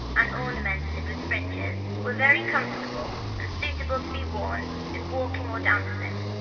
and ornamented with fringes, were very comfortable, and suitable to be worn in walking or dancing.